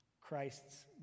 Christ's